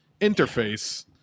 interface